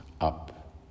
up